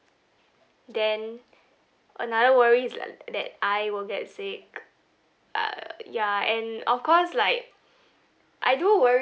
then another worry is li~ that I will get sick uh ya and of course like I do worry